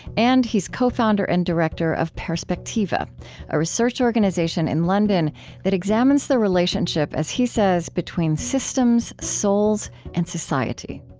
and he is co-founder and director of perspectiva a research organization in london that examines the relationship, as he says, between systems, souls, and society